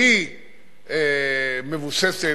שמבוססת,